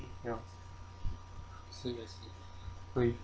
ya okay